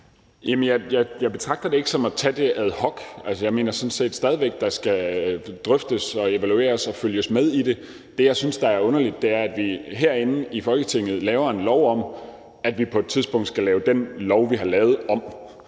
jeg betragter det ikke som at tage det ad hoc. Altså, jeg mener sådan set stadig væk, der skal drøftes, evalueres og følges med i det. Det, jeg synes er underligt, er, at vi herinde i Folketinget laver en lov om, at vi på et tidspunkt skal lave den lov, vi har lavet, om,